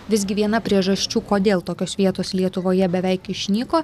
visgi viena priežasčių kodėl tokios vietos lietuvoje beveik išnyko